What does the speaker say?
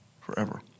Forever